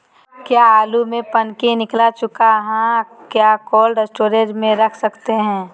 क्या आलु में पनकी निकला चुका हा क्या कोल्ड स्टोरेज में रख सकते हैं?